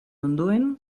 ondoen